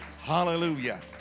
Hallelujah